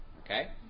okay